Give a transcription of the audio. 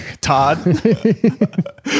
todd